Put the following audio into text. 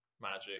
magic